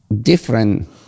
different